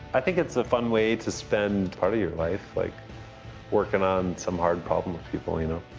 i think it's a fun way to spend part of your life, like working on some hard problem with people, you know.